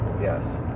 Yes